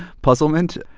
puzzlement.